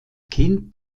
kind